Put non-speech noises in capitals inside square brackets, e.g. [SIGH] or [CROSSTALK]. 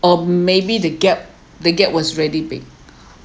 or maybe the gap the gap was really big [BREATH]